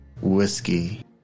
whiskey